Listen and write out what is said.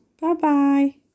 bye-bye